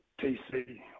TC